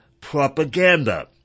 propaganda